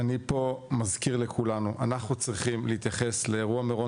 מזכיר לכולנו: אנחנו צריכים להתייחס לאירוע מירון